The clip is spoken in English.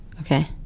Okay